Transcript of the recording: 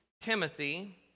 Timothy